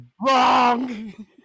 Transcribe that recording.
Wrong